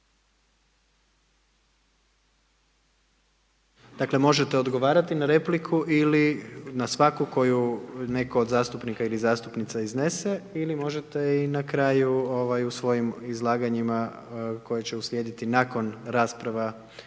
Dakle, možete odgovarati na repliku ili na svaku koju netko od zastupnika ili zastupnica iznese ili možete i na kraju, ovaj, u svojim izlaganjima koji će uslijediti nakon rasprava